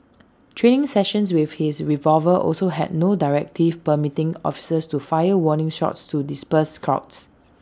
training sessions with his revolver also had no directive permitting officers to fire warning shots to disperse crowds